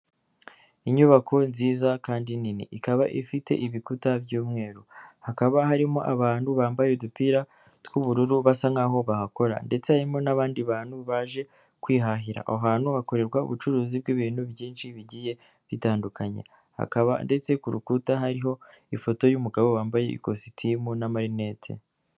Inyubako nziza kandi nini ikaba ifite ibikuta by'umweru hakaba harimo abantu bambaye udupira tw'ubururu basa nkaho bahakora, ndetse harimo n'abandi bantu baje kwihahira ahantu hakorerwa ubucuruzi bw'ibintu byinshi bigiye bitandukanye hakaba ndetse kurukuta hariho ifoto y'umugabo wambaye ikositimu n'amarinete.